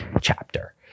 chapter